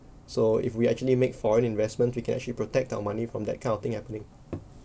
so if we actually make foreign investment we can actually protect our money from that kind of thing happening